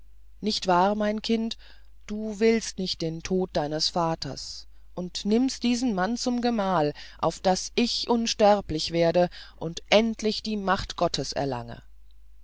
nicht wahr mein kind du willst nicht den tod deines vaters und nimmst diesen mann zum gemahl auf daß ich unsterblich werde und endlich die macht gottes erlange